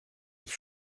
ich